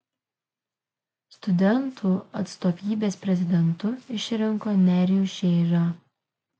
studentų atstovybės prezidentu išrinko nerijų šėžą